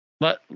let